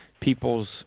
people's